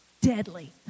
Deadly